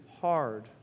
hard